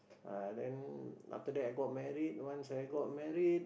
uh then after that I got married once I got married